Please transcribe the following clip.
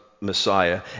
Messiah